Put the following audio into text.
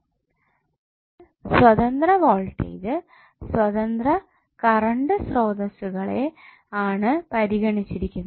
നമ്മൾ സ്വതന്ത്ര വോൾട്ടേജ് സ്വതന്ത്ര കറണ്ട് സ്രോതസ്സുകളെ ആണ് പരിഗണിച്ചിരിക്കുന്നത്